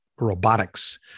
Robotics